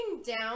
Down